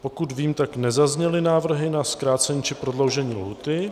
Pokud vím, tak nezazněly návrhy na zkrácení či prodloužení lhůty.